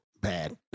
bad